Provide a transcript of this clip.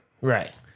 Right